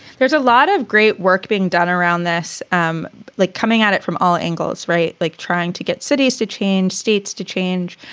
there's a lot of great work being done around this, um like coming at it from all angles. right. like trying to get cities to change, states to change.